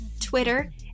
Twitter